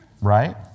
Right